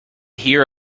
here